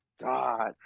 god